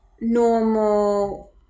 normal